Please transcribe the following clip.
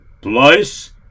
Place